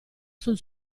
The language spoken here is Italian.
sul